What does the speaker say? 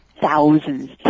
thousands